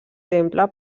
temple